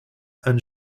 and